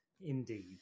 Indeed